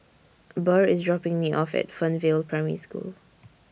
Burr IS dropping Me off At Fernvale Primary School